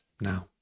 now